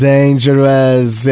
Dangerous